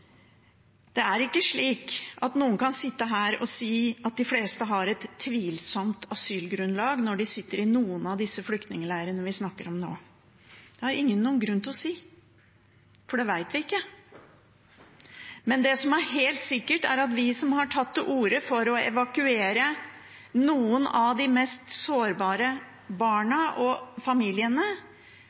Det er ikke slik at noen kan sitte her og si at de fleste har et tvilsomt asylgrunnlag når de sitter i noen av de flyktningleirene vi snakker om nå. Det har ingen noen grunn til å si, for det vet vi ikke. Men det som er helt sikkert, er at vi som har tatt til orde for å evakuere noen av de mest sårbare barna og familiene,